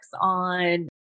on